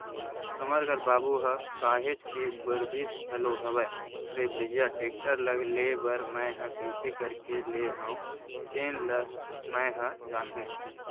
हमर घर बाबू ह काहेच के बरजिस घलोक हवय रे भइया टेक्टर ल लेय बर मैय ह कइसे करके लेय हव तेन ल मैय ह जानहूँ